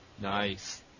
Nice